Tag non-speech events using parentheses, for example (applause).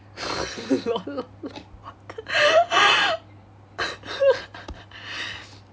(laughs) lol lol what the (laughs)